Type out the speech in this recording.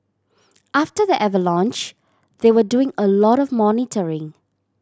after the avalanche they were doing a lot of monitoring